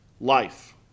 life